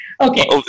Okay